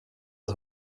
att